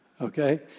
okay